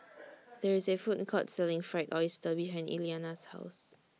There IS A Food Court Selling Fried Oyster behind Eliana's House